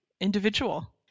individual